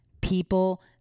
people